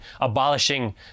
abolishing